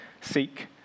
seek